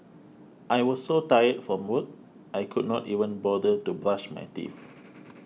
I was so tired from work I could not even bother to brush my teeth